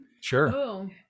sure